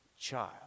child